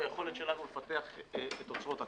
והיכולת שלנו לפתח את אוצרות הטבע.